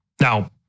Now